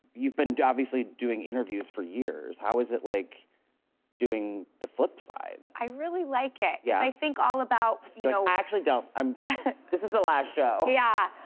you've been obviously doing interviews for years. how was it like doing the flip side? i really like it. yeah? i think all about i you know actually don't, um this is the last show. yeah.